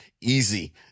easy